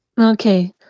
Okay